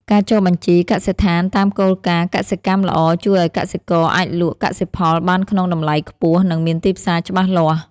ការចុះបញ្ជីកសិដ្ឋានតាមគោលការណ៍កសិកម្មល្អ ជួយឱ្យកសិករអាចលក់កសិផលបានក្នុងតម្លៃខ្ពស់ និងមានទីផ្សារច្បាស់លាស់។